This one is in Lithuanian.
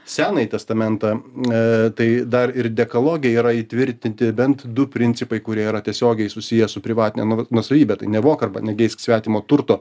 senąjį testamentą tai dar ir dekaloge yra įtvirtinti bent du principai kurie yra tiesiogiai susiję su privatine nuosavybe tai nevok negeisk svetimo turto